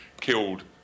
killed